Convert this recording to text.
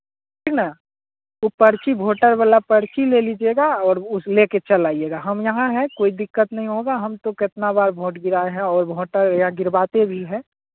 ठीक ना वो पर्ची वोटर वाला पर्ची ले लीजिएगा और उसे ले कर चल आइएगा हम यहाँ हैं कोई दिक्कत नहीं होगा हम तो कितना बार वोट गिराए हैं और वोट यहाँ गिरवाते भी हैं